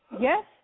Yes